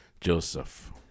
Joseph